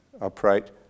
upright